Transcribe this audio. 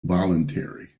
voluntary